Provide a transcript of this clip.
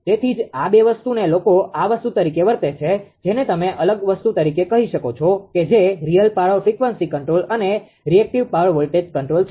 તેથી જ આ બે વસ્તુને લોકો આ વસ્તુ તરીકે વર્તે છે જેને તમે અલગ વસ્તુ તરીકે કહો છો કે જે રીઅલ પાવર ફ્રિકવન્સી કંટ્રોલ અને રીએક્ટીવ પાવર વોલ્ટેજ કંટ્રોલ છે